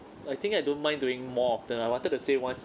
I think I don't mind doing more often I wanted to say once